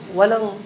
walang